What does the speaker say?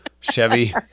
Chevy